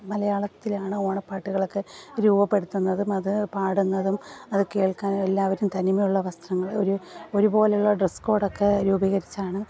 മലയാളത്തിലാണ് ഓണപ്പാട്ടുകളൊക്കെ രൂപപ്പെടുത്തുന്നതും അത് പാടുന്നതും അത് കേൾക്കാൻ എല്ലാവരും തനിമയുള്ള വസ്ത്രങ്ങൾ ഒരു ഒരു പോലെയുള്ള ഡ്രസ്സ് കോഡൊക്കെ രൂപീകരിച്ചാണ്